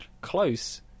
close